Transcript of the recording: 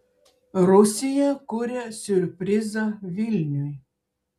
rusija kuria siurprizą vilniui